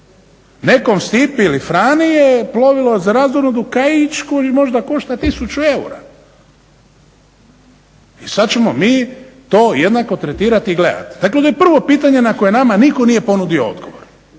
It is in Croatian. Nekom Stipi ili Frani je plovilo za razonodu kaić koji možda košta tisuću eura. I sad ćemo mi to jednako tretirati i gledati. Dakle to je prvo pitanje na koje nama nitko nije ponudio odgovor.